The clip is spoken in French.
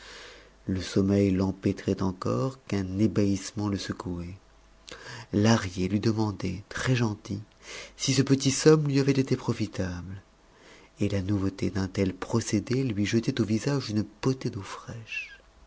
le sommeil l'empêtrait encore qu'un ébahissement le secouait lahrier lui demandait très gentil si ce petit somme lui avait été profitable et la nouveauté d'un tel procédé lui jetait au visage une potée d'eau fraîche